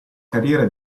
carriera